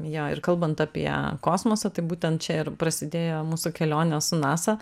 jo ir kalbant apie kosmosą tai būtent čia ir prasidėjo mūsų kelionė su nasa